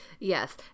yes